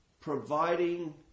providing